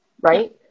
right